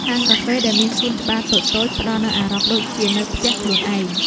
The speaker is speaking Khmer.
ហាងកាហ្វេដែលមានសួនច្បារតូចៗ ផ្តល់នូវអារម្មណ៍ដូចជានៅផ្ទះខ្លួនឯង។